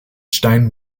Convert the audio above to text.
stein